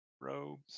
robes